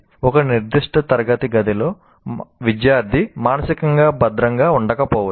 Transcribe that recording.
ఒక నిర్దిష్ట తరగతి గదిలో విద్యార్థి మానసికంగా భద్రంగా ఉండకపోవచ్చు